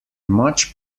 much